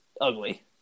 ugly